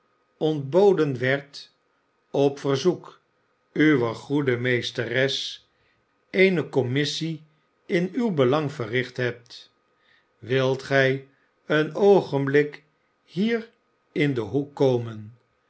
ontboden werd op verzoek uwer goede meesteres eene commissie in uw belang verricht heb wilt gij een oogenblik hier in den hoek komen